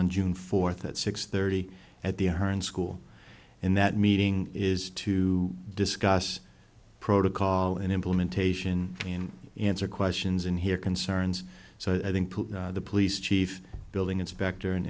on june fourth at six thirty at the current school and that meeting is to discuss protocol and implementation and answer questions in here concerns so i think the police chief building inspector and